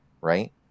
Right